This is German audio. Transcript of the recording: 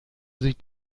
sich